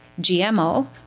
GMO